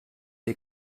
der